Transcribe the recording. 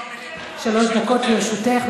שלוש דקות לרשותך,